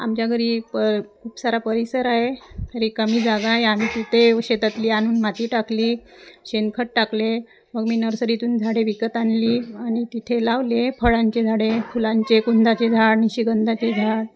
आमच्या घरी प खूप सारा परिसर आहे रीकामी जागा आहे आम्ही तिथे शेतातली आणून माती टाकली शेणखत टाकले मग मी नर्सरीतून झाडे विकत आणली आणि तिथे लावले फळांचे झाडे फुलांचे कुंंदाचे झाड निशिगंंधाचे झाड